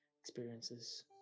experiences